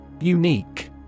Unique